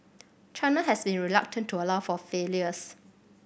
China has been reluctant to allow for failures